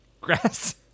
Grass